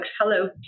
Hello